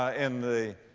ah in the,